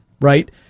right